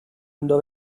andò